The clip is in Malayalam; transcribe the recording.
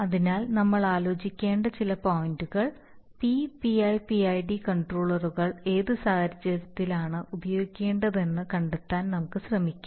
അതിനാൽ നമ്മൾ ആലോചിക്കേണ്ട ചില പോയിന്റുകൾ P PI PID കണ്ട്രോളറുകൾ ഏത് സാഹചര്യത്തിലാണ് ഉപയോഗിക്കേണ്ടതെന്ന് കണ്ടെത്താൻ നമുക്ക് ശ്രമിക്കാം